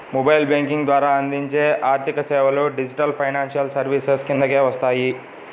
mobile banking ద్వారా అందించే ఆర్థికసేవలు డిజిటల్ ఫైనాన్షియల్ సర్వీసెస్ కిందకే వస్తాయి